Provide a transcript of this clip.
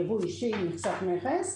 יבוא אישי עם קצת מכס,